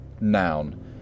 Noun